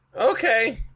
okay